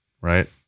Right